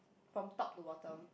from top to bottom